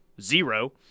Zero